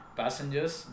passengers